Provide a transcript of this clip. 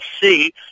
see